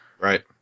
Right